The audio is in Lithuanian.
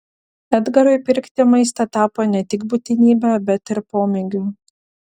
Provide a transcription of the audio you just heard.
edgarui pirkti maistą tapo ne tik būtinybe bet ir pomėgiu